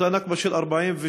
אותה נכבה של 48',